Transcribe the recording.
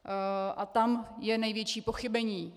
A tam je největší pochybení.